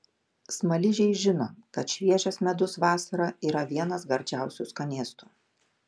smaližiai žino kad šviežias medus vasarą yra vienas gardžiausių skanėstų